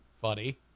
Funny